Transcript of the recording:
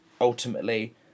ultimately